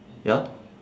ya